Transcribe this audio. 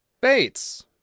Bates